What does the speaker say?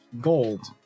gold